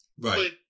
Right